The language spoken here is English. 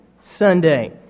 Sunday